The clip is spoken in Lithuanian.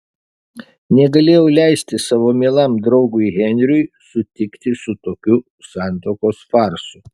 negalėjau leisti savo mielam draugui henriui sutikti su tokiu santuokos farsu